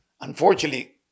unfortunately